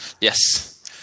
Yes